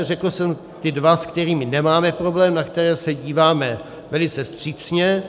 Řekl jsem ty dva, se kterými nemáme problém, na které se díváme velice vstřícně.